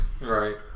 right